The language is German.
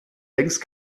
längst